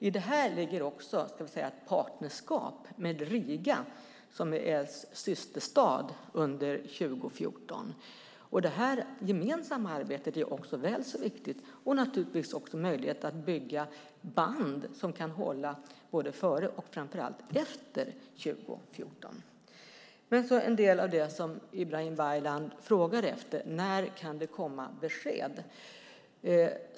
I detta ligger också ett partnerskap med Riga som är systerstad under 2014. Detta gemensamma arbete är väl så viktigt och ger naturligtvis möjlighet att bygga band som kan hålla både före och framför allt efter 2014. Ibrahim Baylan frågade när det kan komma besked.